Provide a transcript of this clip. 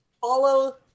Follow